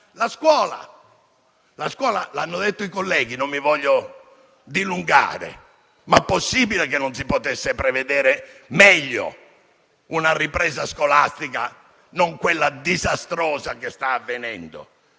la scuola, hanno parlato i colleghi e non mi voglio dilungare, ma è possibile che non si potesse prevedere meglio la ripresa scolastica, piuttosto che quella disastrosa che sta avvenendo?